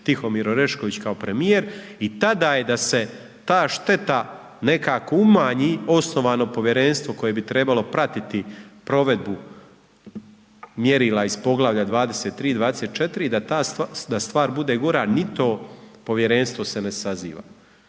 Tihomir Orešković kao premijer i tada je da se ta šteta nekako umanji, osnovano povjerenstvo koje bi trebalo pratiti provedbu mjerila iz poglavlja 23. i 24. i da stvar bude gora, ni to povjerenstvo se ne saziva